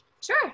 Sure